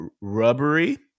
rubbery